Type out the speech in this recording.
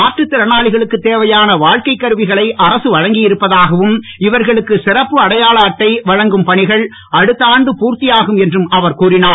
மாற்றுத் திறனாளிகளுக்கு தேவையான வாழ்க்கைக் கருவிகளை அரசு வழங்கியிருப்பதாகவும் இவர்களுக்கு சிறப்பு அடையாள அட்டை வழங்கும் பணிகள் அடுத்த ஆண்டு பூர்த்தியாகும் என்றும் அவர் கூறினார்